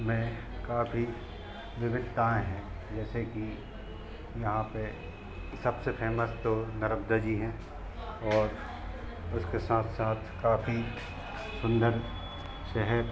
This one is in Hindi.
में काफी विविधताएँ हैं जैसे कि यहाँ पर सबसे फेमस तो नर्मदा जी हैं और उसके साथ साथ काफ़ी सुदंर शहर